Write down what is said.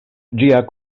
ĝia